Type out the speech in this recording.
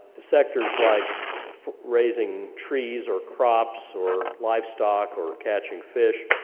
sectors like raising trees, or crops, or livestock, or catching fish,